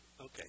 Okay